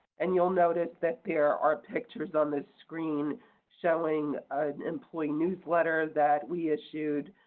and you'll notice that there are pictures on this screen showing an employee newsletter that we issued,